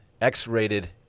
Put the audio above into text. X-rated